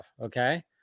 Okay